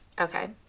Okay